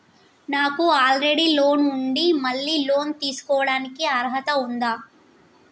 నాకు already loan ఉండి మళ్ళీ లోన్ తీసుకోవడానికి అర్హత ఉందా?